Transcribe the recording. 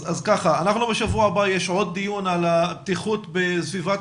בשבוע הבא יתקיים דיון על בטיחות בסביבת